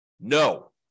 no